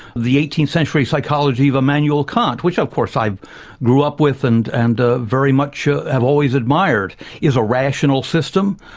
the eighteenth century psychology of um and immanuel kant which of course, i grew up with and and ah very much have always admired is a rational system.